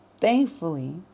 thankfully